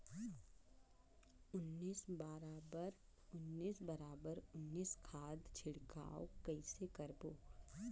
उन्नीस बराबर उन्नीस बराबर उन्नीस खाद छिड़काव कइसे करबो?